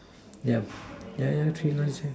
yeah yeah yeah three lines leh